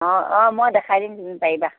অঁ অঁ মই দেখাই দিম তুমি পাৰিবা